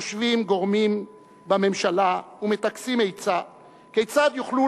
יושבים גורמים בממשלה ומטכסים עצה כיצד יוכלו